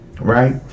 Right